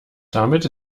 damit